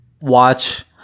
watch